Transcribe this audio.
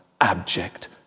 abject